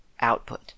output